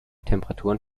temperaturen